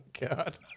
god